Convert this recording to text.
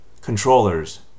Controllers